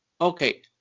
Okay